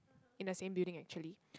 in the same building actually